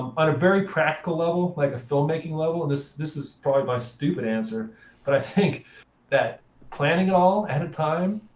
um on a very practical level, like a filmmaking level and this this is probably my stupid answer but i think that planning it all ahead of time,